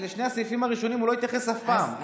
לשני הסעיפים הראשונים הוא לא התייחס אף פעם.